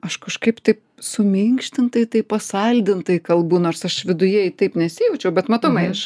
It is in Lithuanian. aš kažkaip taip suminkštintai taip pasaldintai kalbu nors aš viduje ir taip nesijaučiau bet matomai aš